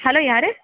hello யார்